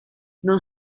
non